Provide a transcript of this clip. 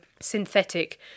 synthetic